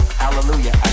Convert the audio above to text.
Hallelujah